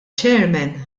chairman